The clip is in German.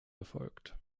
erfolgt